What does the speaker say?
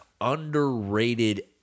underrated